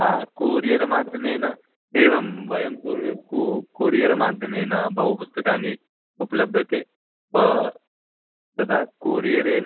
हा कोरियर् माध्यमेन एवं वयं कोर् कू कोरियर् माध्यमेन बहूनि पुस्तकानि उपलभ्यन्ते तदा कोरियरेन